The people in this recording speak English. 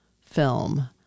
film